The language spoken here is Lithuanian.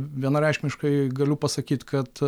vienareikšmiškai galiu pasakyt kad